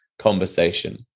conversation